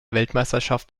weltmeisterschaft